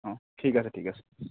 অঁ ঠিক আছে ঠিক আছে